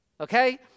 okay